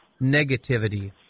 negativity